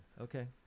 Okay